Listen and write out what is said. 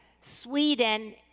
Sweden